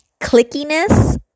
clickiness